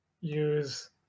use